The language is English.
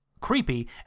creepy